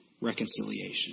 reconciliation